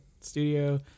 studio